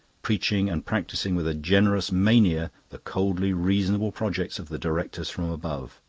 preaching and practising with a generous mania the coldly reasonable projects of the directors from above.